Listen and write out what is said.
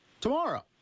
tomorrow